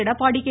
Edappadi K